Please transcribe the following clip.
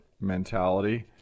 mentality